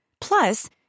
Plus